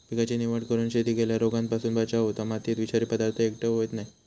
पिकाची निवड करून शेती केल्यार रोगांपासून बचाव होता, मातयेत विषारी पदार्थ एकटय होयत नाय